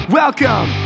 welcome